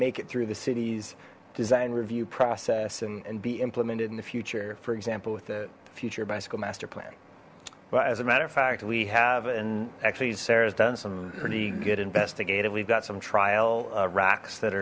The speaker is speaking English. make it through the city's design review process and be implemented in the future for example with the future bicycle master plan well as a matter of fact we have and actually sarah has done some pretty good investigative we've got some trial racks that